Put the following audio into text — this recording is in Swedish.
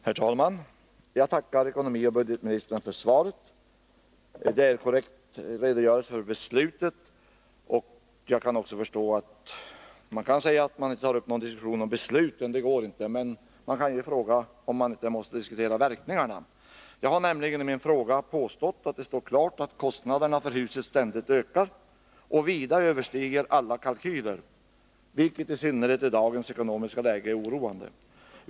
Herr talman! Jag tackar ekonomioch budgetministern för svaret. Det är en korrekt redogörelse för beslutsgången. Jag kan också förstå att det inte går att ta upp någon diskussion om de fattade besluten, men man kan fråga sig om man inte måste studera verkningarna av dessa beslut. Jag har i min fråga påstått att det står klart att kostnaderna för huset ständigt ökar och vida överstiger alla kalkyler, vilket, i synnerhet i dagens ekonomiska läge, är oroande.